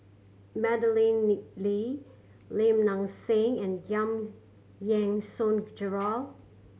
Madeleine Nick Lee Lim Nang Seng and Giam Yean Song Gerald